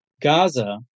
Gaza